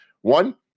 One